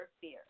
fear